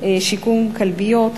שיקום כלביות,